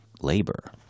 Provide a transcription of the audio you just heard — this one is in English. labor